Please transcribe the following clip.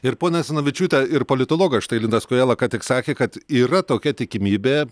ir ponia asanavičiūte ir politologas štai linas kojala ką tik sakė kad yra tokia tikimybė